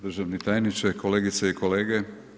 Državni tajniče, kolegice i kolege.